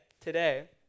today